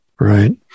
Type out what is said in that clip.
right